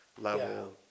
level